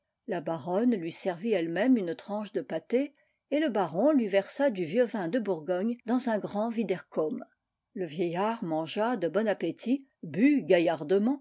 la baronne lui servit elle-même une tranche de pâté et le baron lui versa du vieux vin de bourgogne dans un grand wiedercome le vieillard mangea de bon appétit